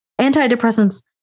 Antidepressants